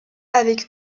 avec